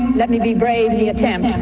let me be brave in the attempt.